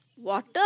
Water